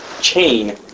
chain